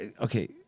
Okay